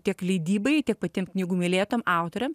tiek leidybai tiek patiem knygų mylėtojam autoriam